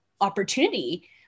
opportunity